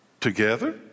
together